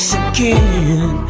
again